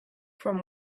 from